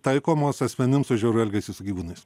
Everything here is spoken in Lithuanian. taikomos asmenims už žiaurų elgesį su gyvūnais